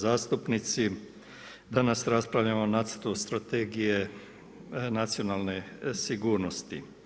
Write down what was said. zastupnici, danas raspravljamo o nacrtu strategije nacionalne sigurnosti.